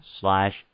slash